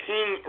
King